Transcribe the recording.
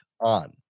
on